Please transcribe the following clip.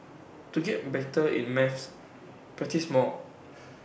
to get better in maths practise more